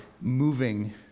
moving